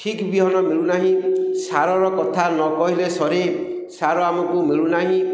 ଠିକ୍ ବିହନ ମିଳୁନାହିଁ ସାରର କଥା ନ କହିଲେ ସରେ ସାର ଆମକୁ ମିଳୁନାହିଁ